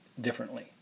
differently